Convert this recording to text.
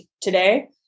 today